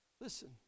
Listen